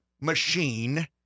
machine